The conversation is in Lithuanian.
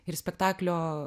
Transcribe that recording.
ir spektaklio